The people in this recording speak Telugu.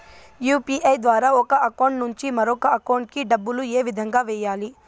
యు.పి.ఐ ద్వారా ఒక అకౌంట్ నుంచి మరొక అకౌంట్ కి డబ్బులు ఏ విధంగా వెయ్యాలి